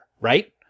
right